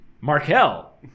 Markel